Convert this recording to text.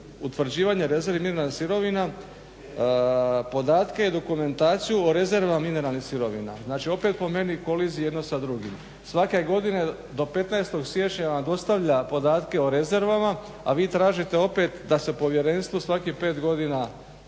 utvrđivanje rezervi mineralnih sirovina podatke i dokumentaciju o rezervama mineralnih sirovina. Znači opet po meni u koliziji jedno sa drugim. Svake godine do 15. siječnja vam dostavlja podatke o rezervama, a vi tražite opet da se povjerenstvu svakih pet godina